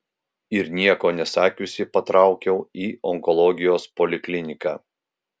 ir nieko nesakiusi patraukiau į onkologijos polikliniką